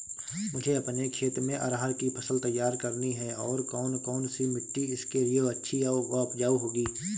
मुझे अपने खेत में अरहर की फसल तैयार करनी है और कौन सी मिट्टी इसके लिए अच्छी व उपजाऊ होगी?